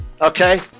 okay